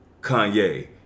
Kanye